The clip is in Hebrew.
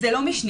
זה לא משני.